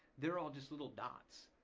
they're all just little dots.